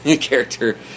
character